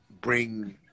bring